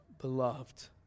beloved